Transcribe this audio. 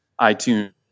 iTunes